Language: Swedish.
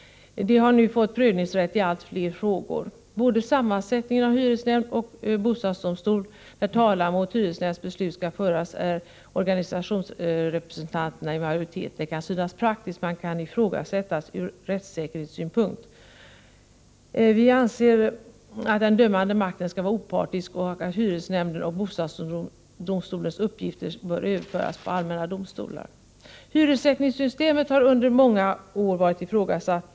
De har nu fått prövningsrätt i allt fler frågor. Både när det gäller sammansättningen av hyresnämnd och bostadsdomstol, där talan mot hyresnämnds beslut skall föras, är organisationsrepresentanterna i majoritet. Det kan synas praktiskt men kan ifrågasättas ur rättssäkerhetssynpunkt. Vi anser att den dömande makten skall vara opartisk och att hyresnämndens och bostadsdomstolens uppgifter bör överföras på allmänna domstolar. Hyressättningssystemet har under många år varit ifrågasatt.